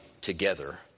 together